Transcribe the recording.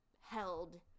held